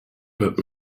but